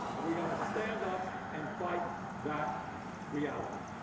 and we got to stand up and fight that reality.